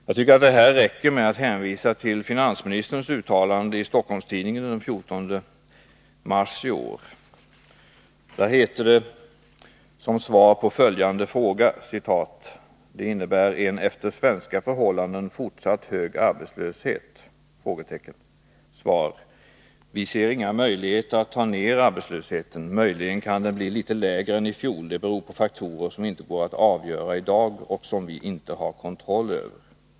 Här räcker det, tycker jag, att hänvisa till finansministerns uttalande i Stockholms-Tidningen den 14 mars i år. Följande fråga ställdes: ”Det innebär en efter svenska förhållanden fortsatt hög arbetslöshet?” Kjell-Olof Feldt svarade: ”Viser inga möjligheter att ta ner arbetslösheten. Möjligen kan den bli lite lägre än i fjol. Det beror på faktorer som inte går att avgöra idag och som vi inte har kontroll över.